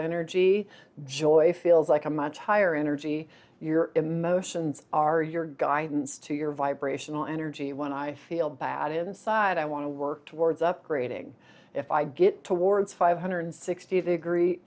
energy joy feels like a much higher energy your emotions are your guidance to your vibrational energy when i feel bad inside i want to work towards upgrading if i get towards five hundred sixty degree